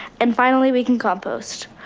and finally we can compost.